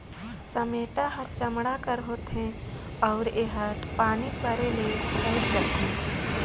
चमेटा हर चमड़ा कर होथे अउ एहर पानी परे ले सइर जाथे